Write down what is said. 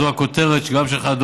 זו הכותרת גם שלך,